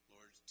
Lord